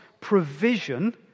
provision